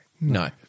no